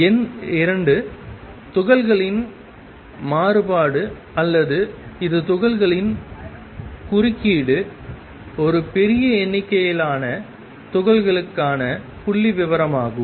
எண் 2 துகள்களின் மாறுபாடு அல்லது இது துகள்களின் குறுக்கீடு ஒரு பெரிய எண்ணிக்கையிலான துகள்களுக்கான புள்ளிவிவரமாகும்